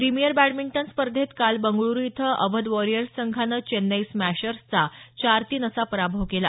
premier badminton स्पर्धेत काल बंगळूरु इथं अवध वॉरियर संघानं चेन्नई स्मॅशर्सचा चार तीन असा पराभव केला